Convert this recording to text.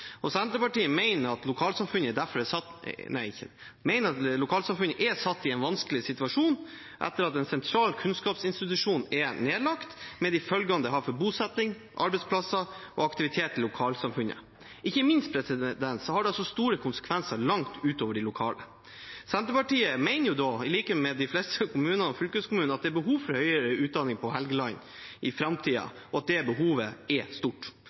Senterpartiet mener at lokalsamfunnet er satt i en vanskelig situasjon etter at en sentral kunnskapsinstitusjon er nedlagt, med de følgene det har for bosetting, arbeidsplasser og aktivitet i lokalsamfunnet. Ikke minst har det store konsekvenser langt utover de lokale. Senterpartiet mener, i likhet med de fleste kommuner og fylkeskommuner, at det er behov for høyere utdanning på Helgeland i framtiden, og at det behovet er stort.